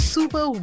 Super